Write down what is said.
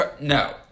No